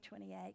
28